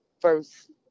first